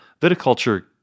viticulture